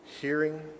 hearing